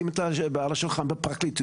נעשתה אכיפה על לפידים שמעשנים עשן שחור.